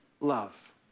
love